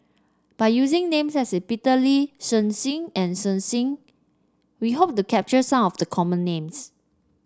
by using names such as Peter Lee Shen Xi and Shen Xi we hope to capture some of the common names